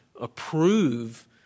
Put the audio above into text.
approve